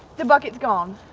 the buckets gone.